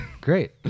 Great